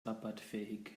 rabattfähig